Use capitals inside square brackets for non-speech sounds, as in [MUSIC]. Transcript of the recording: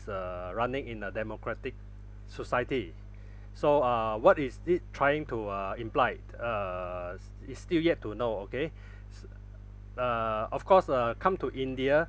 uh running in a democratic society so uh what is it trying to uh imply uh [NOISE] is still yet to know okay s~ uh of course uh come to india